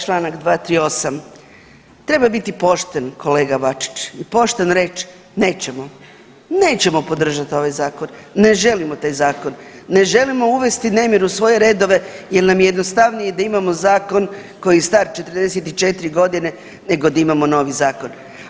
Čl. 238. treba biti pošten kolega Bačić i pošteno reć nećemo, nećemo podržati ovaj zakon, ne želimo taj zakon, ne želimo uvesti nemir u svoje redove jel nam je jednostavnije da imamo zakon koji je star 44 godine nego da imamo novi zakon.